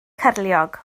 cyrliog